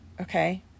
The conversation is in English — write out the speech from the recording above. okay